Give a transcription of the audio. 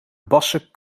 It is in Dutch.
bassen